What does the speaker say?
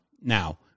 Now